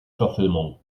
verfilmung